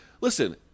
listen